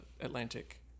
Atlantic